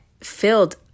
filled